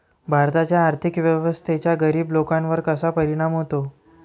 भारताच्या आर्थिक व्यवस्थेचा गरीब लोकांवर कसा परिणाम होतो?